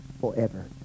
forever